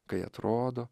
kai atrodo